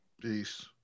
Peace